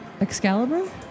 Excalibur